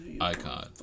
icon